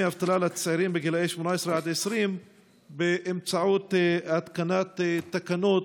אבטלה לצעירים גילאי 18 20 באמצעות התקנת תקנות?